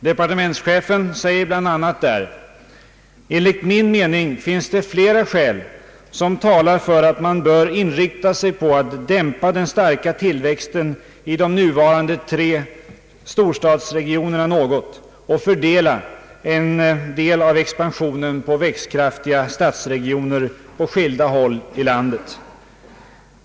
Departementschefen säger bl.a. där: »Enligt min mening finns det flera skäl som talar för att man bör inrikta sig på att dämpa den starka tillväxten i de nuvarande tre storstadsregionerna något och fördela en del av expansionen på växtkraftiga stadsregioner på skilda håll i landet.